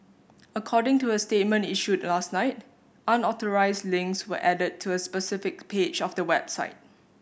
according to a statement issued last night unauthorised links were added to a specific page of the website